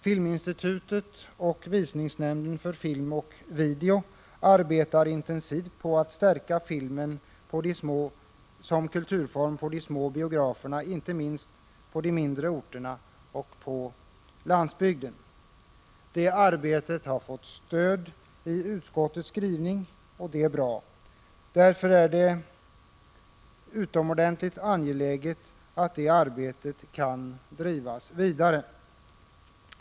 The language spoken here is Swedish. Filminstitutet och visningsnämnden för film och video arbetar intensivt på att stärka filmen som kulturform på de små biograferna, inte minst på mindre orter och i landsbygden. Det arbetet har fått stöd i utskottets skrivning, och det är bra. Det är utomordentligt angeläget att detta arbete kan drivas vidare.